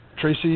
Tracy